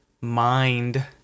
mind